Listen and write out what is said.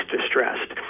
distressed